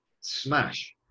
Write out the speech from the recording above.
smash